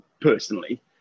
personally